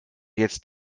jetzt